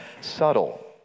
subtle